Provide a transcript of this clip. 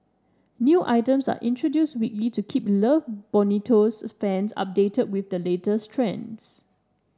new items are introduced weekly to keep Love Bonito's fans updated with the latest trends